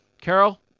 Carol